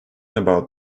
about